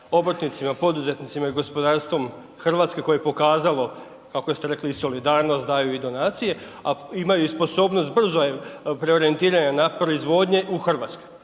obrtnicima, poduzetnicima i gospodarstvom Hrvatske koje je pokazalo kako ste rekli i solidarnost, daju i donacije, a imaju i sposobnost brzog preorijentiranja na proizvodnje u Hrvatskoj.